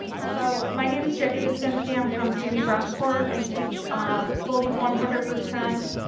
so my name is jackie dipzinski. i'm from suny brockport. i teach um fully one hundred percent